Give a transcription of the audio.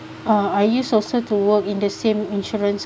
uh I used also to work in the same insurance